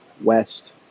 west